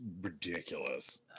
ridiculous